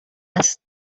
است